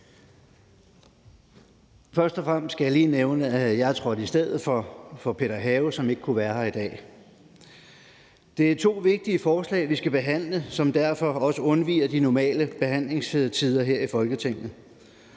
Først og fremmest skal jeg lige nævne, at jeg er trådt i stedet for Peter Have, som ikke kunne være her i dag. Det er to vigtige forslag, vi skal behandle, og som derfor også fraviger de normale behandlingstider her i Folketinget.